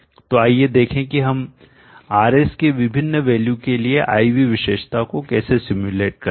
तो आइए देखें कि हम RS के विभिन्न वैल्यू के लिए I V विशेषता को कैसे सिम्युलेट करते हैं